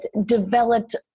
developed